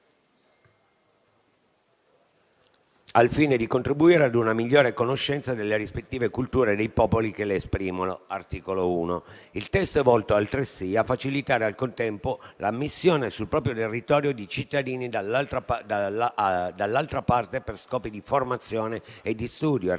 al fine di contribuire a una migliore conoscenza delle rispettive culture e dei popoli che le esprimono, secondo quanto previsto dall'articolo 1. Il testo è volto altresì a facilitare, al contempo, l'ammissione sul proprio territorio di cittadini dell'altra parte, per scopi di formazione e di studio,